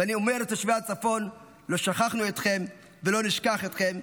ואני אומר לתושבי הצפון: לא שכחנו אתכם ולא נשכח אתכם,